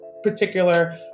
particular